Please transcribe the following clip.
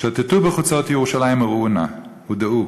שוטטו בחוצות ירושלים וראו נא ודעו